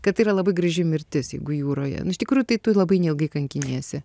kad tai yra labai graži mirtis jeigu jūroje nu iš tikrųjų tai tu labai neilgai kankiniesi